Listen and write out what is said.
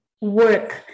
work